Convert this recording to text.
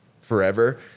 forever